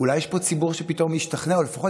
אולי יש פה ציבור שפתאום ישתכנע ולפחות